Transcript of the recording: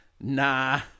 nah